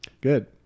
good